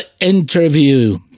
interview